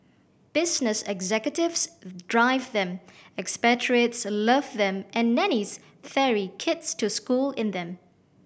business executives drive them expatriates love them and nannies ferry kids to school in them